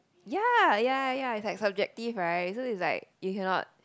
ya ya ya it's like subjective right you cannot